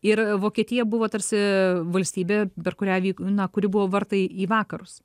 ir vokietija buvo tarsi valstybė per kurią na kuri buvo vartai į vakarus